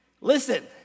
listen